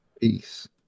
peace